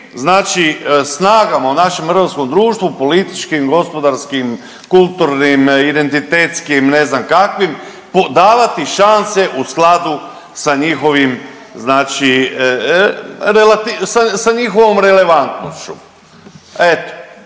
svim snagama u našem hrvatskom društvu političkim, gospodarskim, kulturnim, identitetskim ne znam kakvim davati šanse u skladu sa njihovim sa njihovom relevantnošću. Eto,